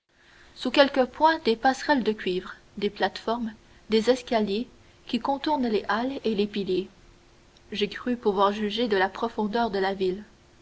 sur quelques points des passerelles de cuivre des plates-formes des escaliers qui contournent les halles et les piliers j'ai cru pouvoir juger de la profondeur de la ville